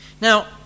Now